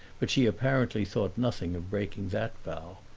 but she apparently thought nothing of breaking that vow.